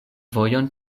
vojon